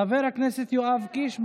חבר הכנסת יואב קיש,